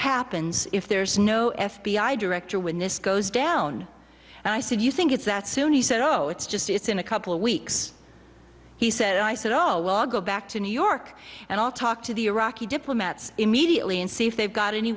happens if there's no f b i director when this goes down and i said you think it's that soon he said oh it's just it's in a couple of weeks he said i said oh well i'll go back to new york and i'll talk to the iraqi diplomats immediately and see if they've got any